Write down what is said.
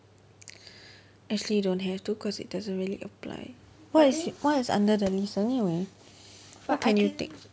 actually don't have to cause it doesn't really apply what is what is under the list anyway what can you take